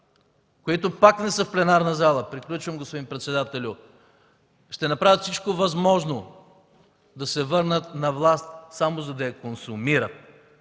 които пак не са в пленарната зала – приключвам, господин председателю, ще направят всичко възможно да се върнат на власт, само за да я консумират!